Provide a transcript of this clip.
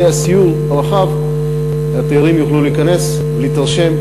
הסיור הרחב התיירים יוכלו להיכנס ולהתרשם,